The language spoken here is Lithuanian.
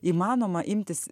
įmanoma imtis